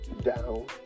down